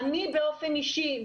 אני באופן אישי,